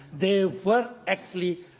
they were, actually,